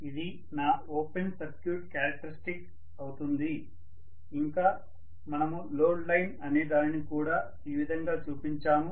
ఇది నా open circuit characteristics అవుతుంది ఇంకా మనము లోడ్ లైన్ అనే దానిని కూడా ఈ విధంగా చూపించాము